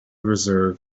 reserve